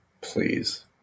Please